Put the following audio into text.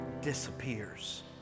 disappears